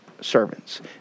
Servants